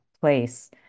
place